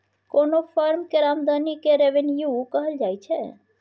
कोनो फर्म केर आमदनी केँ रेवेन्यू कहल जाइ छै